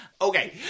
Okay